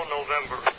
November